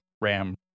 RAM